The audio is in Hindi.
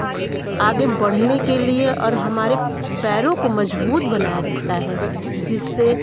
आगे बढ़ाने के लिए और हमारे पैरों को मज़बूत बनाए रखता है जिससे